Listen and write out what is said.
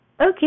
Okay